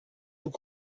vous